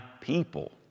people